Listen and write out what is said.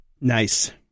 Nice